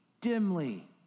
dimly